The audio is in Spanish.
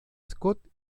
scott